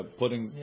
putting